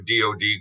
dod